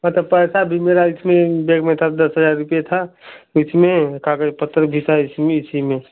हाँ तो पैसा भी मेरा इसमें बैग में था दस हजार रुपये था उसमें कागज पत्तर भी था इसी इसी में